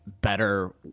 better